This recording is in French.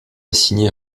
assigné